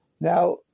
Now